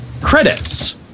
credits